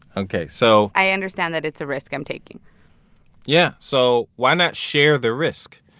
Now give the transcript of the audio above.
ok. so. i understand that it's a risk i'm taking yeah. so why not share the risk?